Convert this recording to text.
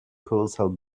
colossal